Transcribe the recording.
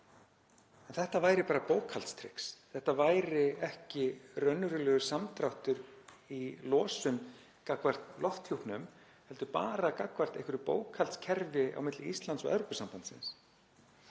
af. Þetta væri bara bókhaldstrix, þetta væri ekki raunverulegur samdráttur í losun gagnvart lofthjúpnum heldur bara gagnvart einhverju bókhaldskerfi á milli Íslands og Evrópusambandsins.